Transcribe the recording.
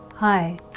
Hi